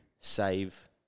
save